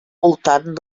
voltant